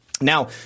Now